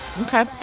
okay